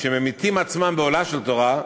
שממיתים עצמם באוהלה של תורה,